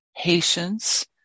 patience